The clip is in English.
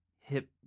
hip